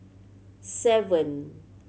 seven